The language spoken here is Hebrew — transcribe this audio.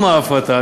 עם ההפרטה,